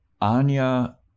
Anya